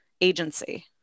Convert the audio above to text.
agency